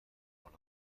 کنم